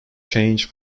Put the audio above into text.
change